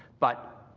but,